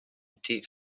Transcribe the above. été